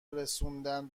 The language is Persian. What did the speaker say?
رسوندن